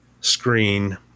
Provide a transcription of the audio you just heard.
screen